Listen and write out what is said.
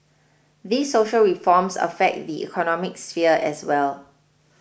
these social reforms affect the economic sphere as well